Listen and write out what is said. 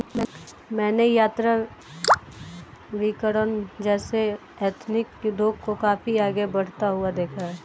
मैंने यात्राभिकरण जैसे एथनिक उद्योग को काफी आगे बढ़ता हुआ देखा है